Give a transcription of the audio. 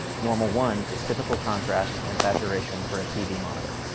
normal one is typical contrast and saturation for a tv monitor.